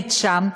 לומד שם,